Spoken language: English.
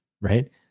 Right